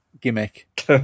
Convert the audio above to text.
gimmick